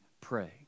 pray